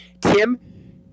Tim